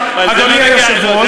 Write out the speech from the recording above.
אדוני היושב-ראש,